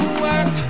work